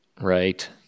Right